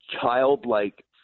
childlike